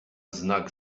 znak